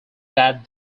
that